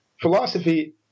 Philosophy